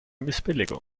missbilligung